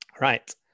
Right